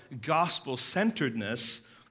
gospel-centeredness